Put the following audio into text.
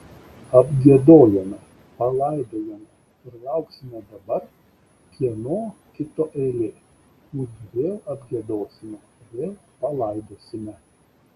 apgiedojome palaidojome ir lauksime dabar kieno kito eilė kurį vėl apgiedosime vėl palaidosime